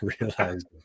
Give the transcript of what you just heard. realized